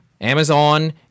Amazon